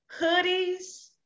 hoodies